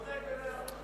והוא לא צודק.